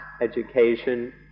education